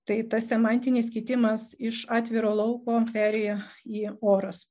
tai tas semantinis kitimas iš atviro lauko perėjo į oras